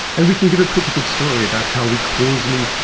and we can give a pretty good story about how we causally,